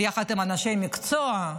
יחד עם אנשי מקצוע,